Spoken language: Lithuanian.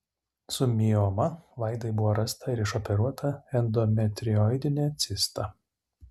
su mioma vaidai buvo rasta ir išoperuota endometrioidinė cista